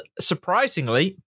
surprisingly